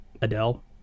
Adele